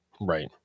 right